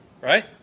right